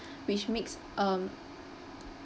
which makes um